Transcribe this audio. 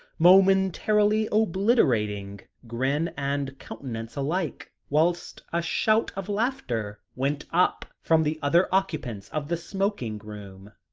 momentarily obliterating grin and countenance alike, whilst a shout of laughter went up from the other occupants of the smoking-room.